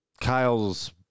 Kyle's